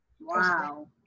wow